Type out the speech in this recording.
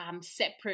Separate